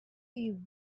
you